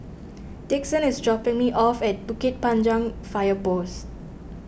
Dixon is dropping me off at Bukit Panjang Fire Post